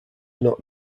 not